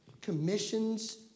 commissions